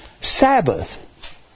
Sabbath